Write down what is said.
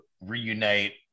reunite